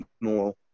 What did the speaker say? more